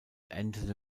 endete